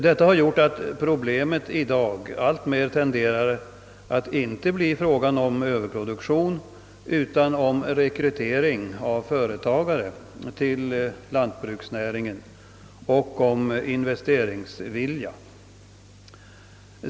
Detta har gjort att problemet i dag alltmer tenderar att bli en fråga inte om överproduktion utan om rekrytering av företagare till lantbruksnäringen och om investeringsvilja.